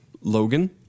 Logan